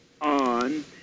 on